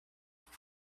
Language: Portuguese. por